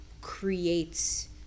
creates